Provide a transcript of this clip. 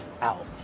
out